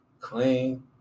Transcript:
clean